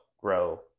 grow